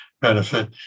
benefit